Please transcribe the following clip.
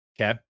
Okay